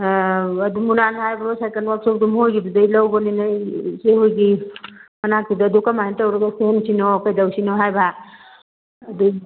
ꯑꯗꯨꯝ ꯃꯨꯅꯥꯟ ꯍꯥꯏꯕ꯭ꯔꯣ ꯁꯥꯏꯀꯟ ꯋꯥꯛꯁꯣꯞꯇꯣ ꯃꯈꯣꯏꯒꯤ ꯑꯗꯨꯗꯩ ꯂꯧꯕꯅꯤꯅꯦ ꯏꯆꯦ ꯍꯣꯏꯒꯤ ꯃꯅꯥꯛꯇꯨꯗ ꯑꯗꯨ ꯀꯃꯥꯏꯅ ꯇꯧꯔꯒ ꯀꯩꯗꯧꯁꯤꯅꯣ ꯍꯥꯏꯕ ꯑꯗꯨ